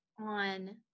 on